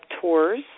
tours